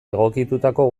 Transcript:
egokitutako